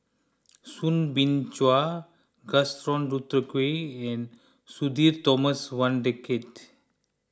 Soo Bin Chua Gaston Dutronquoy and Sudhir Thomas Vadaketh